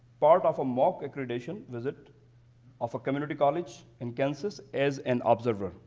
part of a mock accreditation visit of a community college in kansas as an observer.